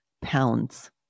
pounds